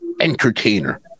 entertainer